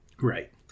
right